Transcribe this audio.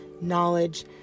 knowledge